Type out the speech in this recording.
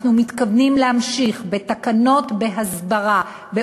אנחנו מתכוונים להמשיך בתקנות בהסברה על